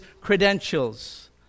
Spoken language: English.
credentials